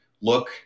look